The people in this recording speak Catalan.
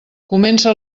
comença